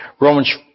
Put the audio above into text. Romans